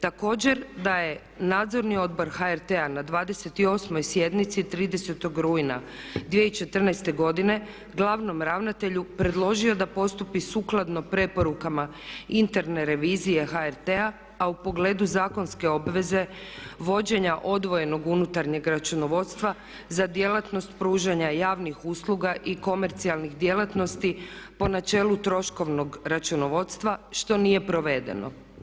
Također da je Nadzorni odbor HRT-a na 28. sjednici 30. rujna 2014. godine glavnom ravnatelju predložio da postupi sukladno preporukama interne revizije HRT-a, a u pogledu zakonske obveze vođenja odvojenog unutarnjeg računovodstva za djelatnost pružanja javnih usluga i komercijalnih djelatnosti po načelu troškovnog računovodstva što nije provedeno.